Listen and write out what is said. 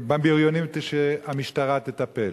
אני מבקש שבבריונים המשטרה תטפל.